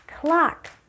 Clock